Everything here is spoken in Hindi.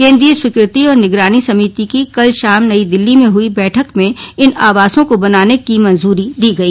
केन्द्रीय स्वीकृति और निगरानी समिति की कल शाम नई दिल्ली में हुई बैठक में इन आवासों को बनाने की मंजूरी दी गई